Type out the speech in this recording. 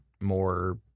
more